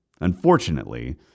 Unfortunately